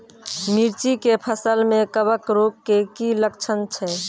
मिर्ची के फसल मे कवक रोग के की लक्छण छै?